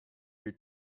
your